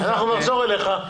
אנחנו נחזור אליך.